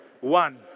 One